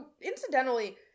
incidentally